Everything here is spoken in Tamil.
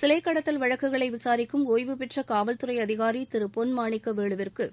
சிலை கடத்தல் வழக்குகளை விசாரிக்கும் ஒய்வுபெற்ற காவல்துறை அதிகாரி திரு பொன்மாணிக்க வேலுவிற்கு